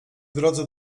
drodze